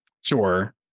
Sure